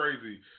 crazy